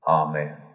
amen